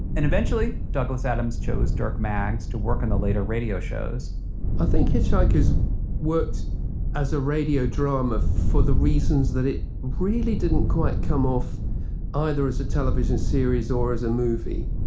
and eventually, douglas adams chose dirk maggs to work on the later radio shows i think hitchhiker's worked as a radio drama for the reasons that it really didn't quite come off as a television series or as a movie.